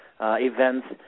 events